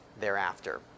thereafter